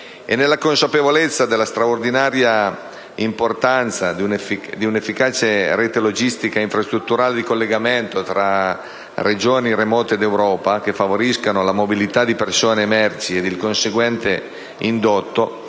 nella consapevolezza della straordinaria importanza di un'efficace rete logistica ed infrastrutturale di collegamento tra regioni remote d'Europa che favorisca la mobilità di persone e merci e il conseguente indotto,